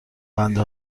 بنده